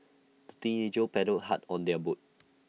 the teenagers paddled hard on their boat